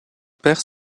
perd